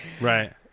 Right